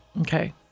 Okay